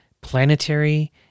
planetary